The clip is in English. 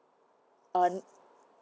on